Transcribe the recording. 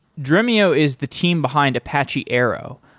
dremio is the team behind apache arrow,